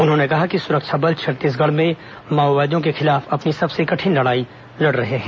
उन्होंने कहा कि सुरक्षा बल छत्तीसगढ़ में माओवादियों के खिलाफ अपनी सबसे कठिन लड़ाई लड़ रहे हैं